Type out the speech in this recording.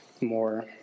more